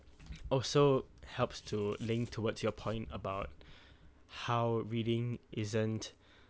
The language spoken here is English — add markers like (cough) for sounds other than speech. also helps to link towards your point about (breath) how reading isn't (breath)